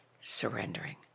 surrendering